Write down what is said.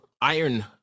iron